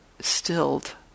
stilled